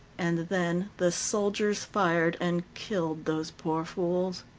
and then the soldiers fired and killed those poor fools.